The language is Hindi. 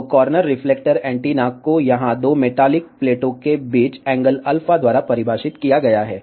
तो कॉर्नर रिफ्लेक्टर एंटीना को यहां दो मेटालिक प्लेटों के बीच ∠α द्वारा परिभाषित किया गया है